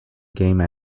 game